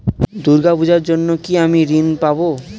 দূর্গা পূজার জন্য কি আমি ঋণ পাবো?